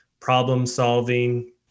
problem-solving